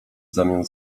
zamian